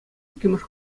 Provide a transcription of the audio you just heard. иккӗмӗш